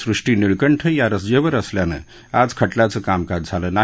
सृष्टी निळकंठ हया रजेवर असल्यानं आज खटल्याचं कामकाज झालं नाही